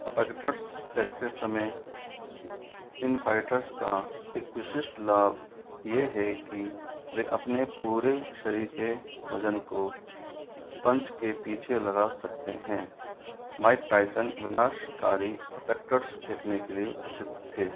uppercuts फेंकते समय इन फाइटर्स का एक विशिष्ट लाभ ये है कि वे अपने पूरे शरीर के वजन को पँच के पीछे लगा सकते हैं माइक टायसन विनाशकारी अपेकटर्स फेंकने के लिए प्रसिद्ध थे